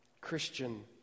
Christian